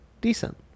decent